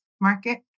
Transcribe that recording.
market